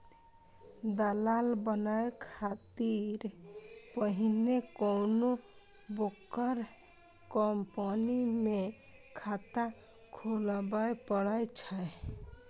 दलाल बनै खातिर पहिने कोनो ब्रोकर कंपनी मे खाता खोलबय पड़ै छै